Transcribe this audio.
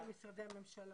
גם ממשרדי הממשלה.